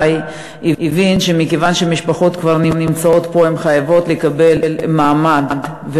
הבינו שמכיוון שמשפחות כבר נמצאות פה הן חייבות לקבל מעמד.